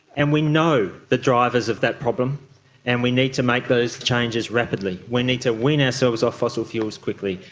and we know the drivers of that problem and we need to make those changes rapidly. we need to wean ourselves off fossil fuels quickly.